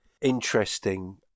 interesting